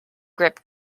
grip